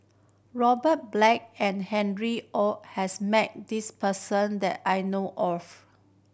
Robert Black and Harry Ord has met this person that I know of